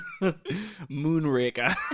Moonraker